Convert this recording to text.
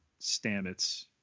Stamets